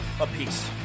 apiece